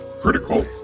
critical